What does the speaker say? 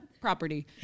property